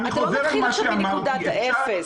אתה לא מתחיל מנקודת האפס.